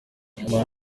nyamara